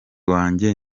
wanjye